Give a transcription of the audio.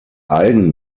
allen